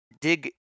dig